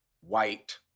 white